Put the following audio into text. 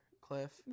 cliff